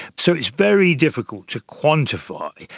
so it's very difficult to quantify,